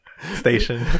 Station